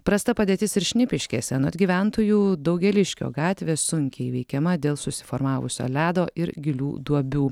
prasta padėtis ir šnipiškėse anot gyventojų daugėliškio gatvė sunkiai įveikiama dėl susiformavusio ledo ir gilių duobių